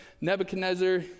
Nebuchadnezzar